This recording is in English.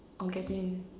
or getting